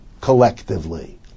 collectively